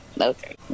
Okay